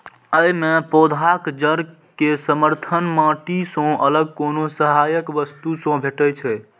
अय मे पौधाक जड़ कें समर्थन माटि सं अलग कोनो सहायक वस्तु सं भेटै छै